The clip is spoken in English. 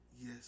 Yes